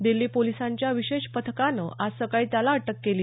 दिल्ली पोलिसांच्या विशेष पथकानं आज सकाळी त्याला अटक केली